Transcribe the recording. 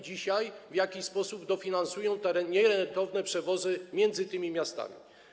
Dzisiaj w jakiś sposób finansują te nierentowne przewozy między tymi miastami.